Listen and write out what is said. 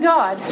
God